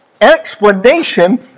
explanation